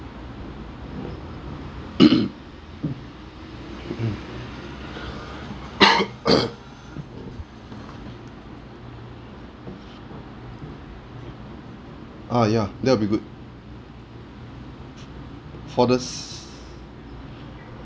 uh ya that'll be good for the s~